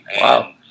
Wow